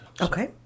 okay